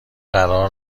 قرار